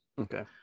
Okay